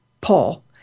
Paul